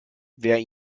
wer